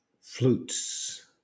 Flutes